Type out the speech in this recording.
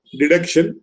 deduction